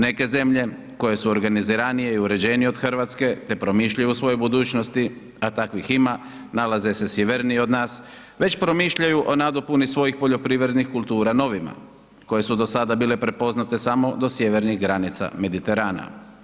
Neke zemlje su organiziranije i uređenije od Hrvatske te promišljaju o svojoj budućnosti, a takvih ima, nalaze se sjevernije od nas, već promišljaju o nadopuni svojih poljoprivrednih kultura novima, koje su do sada bile prepoznate samo do sjevernih granica Mediterana.